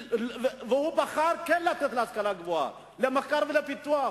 הוא בחר כן לתת להשכלה הגבוהה, למחקר ולפיתוח.